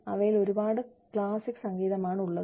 അവയിൽ ഒരുപാട് ക്ലാസിക് സംഗീതം ആണ് ഉള്ളത്